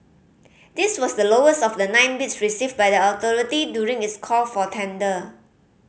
this was the lowest of the nine bids received by the authority during its call for tender